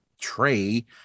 tray